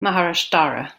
maharashtra